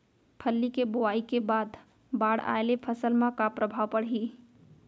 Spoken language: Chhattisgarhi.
फल्ली के बोआई के बाद बाढ़ आये ले फसल मा का प्रभाव पड़ही?